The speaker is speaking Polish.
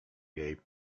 jej